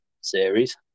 series